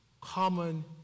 common